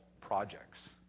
projects